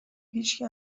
هیچکی